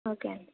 okay aunty